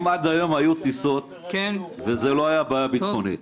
אם עד היום היו טיסות וזאת לא הייתה בעיה ביטחונית,